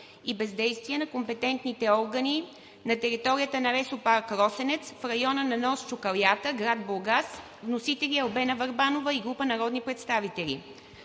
и бездействия на компетентните органи на територията на Лесопарк „Росенец“, в района на нос Чукалята, град Бургас. Вносители – Албена Върбанова и група народни представители.